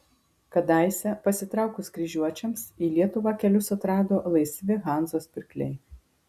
kadaise pasitraukus kryžiuočiams į lietuvą kelius atrado laisvi hanzos pirkliai